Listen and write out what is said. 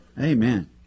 amen